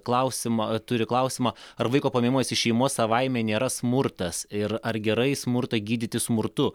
klausimą turi klausimą ar vaiko paėmimas iš šeimos savaime nėra smurtas ir ar gerai smurtą gydyti smurtu